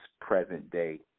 present-day